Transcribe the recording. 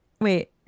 Wait